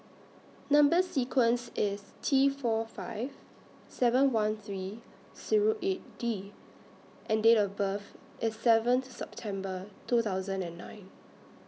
Number sequence IS T four five seven one three Zero eight D and Date of birth IS seventh September two thousand and nine